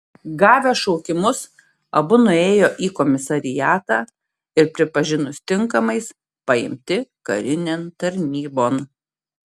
gavę šaukimus abu nuėjo į komisariatą ir pripažinus tinkamais paimti karinėn tarnybon